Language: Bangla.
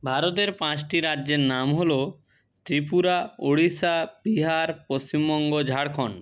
ভারতের পাঁচটি রাজ্যের নাম হলো ত্রিপুরা উড়িষ্যা বিহার পশ্চিমবঙ্গ ঝাড়খন্ড